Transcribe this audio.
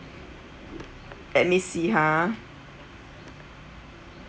let me see ha